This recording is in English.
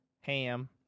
ham